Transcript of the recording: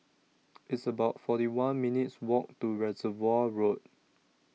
It's about forty one minutes' Walk to Reservoir Road